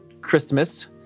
Christmas